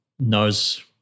Knows